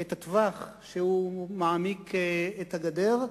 את הטווח שהוא מעמיק את הגדר.